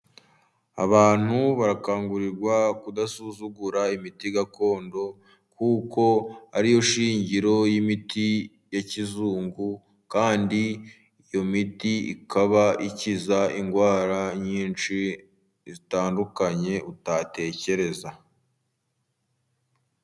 Abantu barakangurirwa kudasuzugura imiti gakondo kuko ari yo shingiro y'imiti ya kizungu, kandi iyo miti ikaba ikiza indwara nyinshi zitandukanye utatekereza.